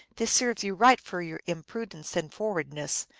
this serves you right for your impudence and forwardness.